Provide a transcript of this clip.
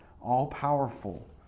all-powerful